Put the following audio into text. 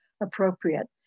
appropriate